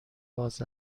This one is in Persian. باز